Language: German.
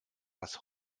das